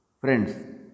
Friends